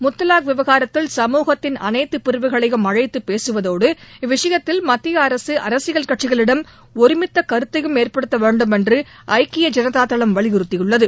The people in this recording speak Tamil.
முத்தலாக் விவகாரத்தில் சமூகத்தின் அனைத்து பிரிவுகளையும் அழைத்து பேசுவதோடு இவ்விஷயத்தில் மத்திய அரசு அரசியல் கட்சிகளிடம் ஒருமித்த கருத்தையும் ஏற்படுத்த வேண்டும் என்று ஐக்கிய ஜனதாதளம் வலியுறுத்தியுள்ளது